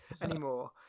anymore